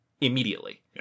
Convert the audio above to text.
immediately